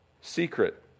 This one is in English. secret